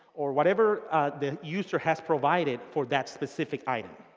or whatever the user has provided for that specific item.